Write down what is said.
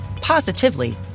positively